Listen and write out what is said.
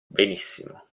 benissimo